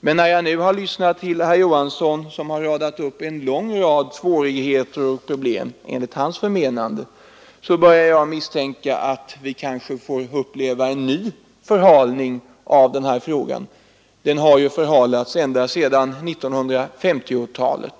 Men när jag nu lyssnat till herr Johansson, som radat upp en mängd svårigheter och problem som enligt hans förmenande föreligger, börjar jag misstänka att vi kanske får uppleva en ny förhalning av frågan — den har ju förhalats ända sedan 1950-talet.